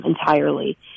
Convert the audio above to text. entirely